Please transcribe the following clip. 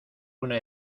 una